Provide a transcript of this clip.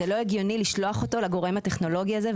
זה לא הגיוני לשלוח אותו לגורם הטכנולוגי הזה,